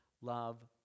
love